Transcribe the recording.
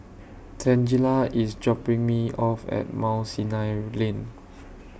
Tangela IS dropping Me off At Mount Sinai Lane